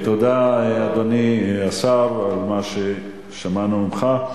תודה, אדוני השר, על מה ששמענו ממך.